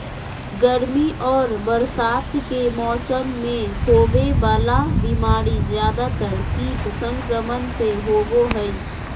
गर्मी और बरसात के मौसम में होबे वला बीमारी ज्यादातर कीट संक्रमण से होबो हइ